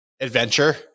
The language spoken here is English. Adventure